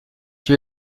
lieu